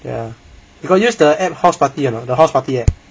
ya you got use the app house party or not the house party app